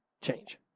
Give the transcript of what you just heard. change